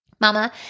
Mama